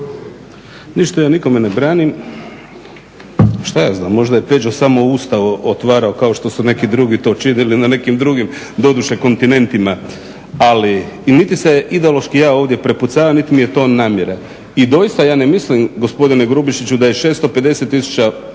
Ništa ja nikome ne branim. Što ja znam, možda je Peđa samo usta otvarao kao što su neki drugi to činili na nekim drugim doduše kontinentima. Niti se ideološki ja ovdje prepucavam niti mi je to namjera. I doista, ja ne mislim gospodine Grubišiću da je 650 tisuća